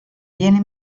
viene